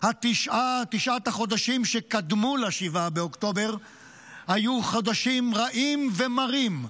תשעת החודשים שקדמו ל-7 באוקטובר היו חודשים רעים ומרים,